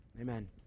Amen